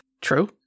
True